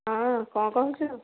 ହଁ କ'ଣ କହୁଛୁ